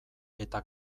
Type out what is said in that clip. eta